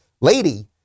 lady